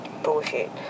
Bullshit